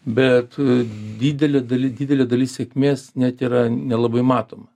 bet a didelė dali didelė dalis sėkmės net yra nelabai matoma